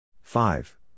five